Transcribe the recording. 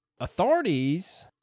authorities